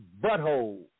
butthole